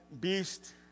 Beast